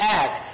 act